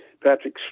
Patrick